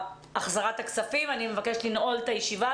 אני מבקשת לנעול את הישיבה.